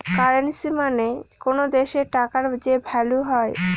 currency মানে কোনো দেশের টাকার যে ভ্যালু হয়